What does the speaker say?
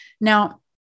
Now